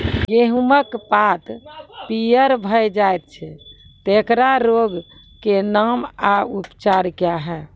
गेहूँमक पात पीअर भअ जायत छै, तेकरा रोगऽक नाम आ उपचार क्या है?